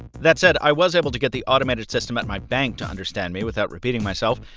that said, i was able to get the automated system at my bank to understand me without repeating myself,